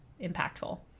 impactful